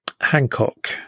Hancock